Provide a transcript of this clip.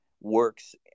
works